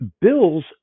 Bills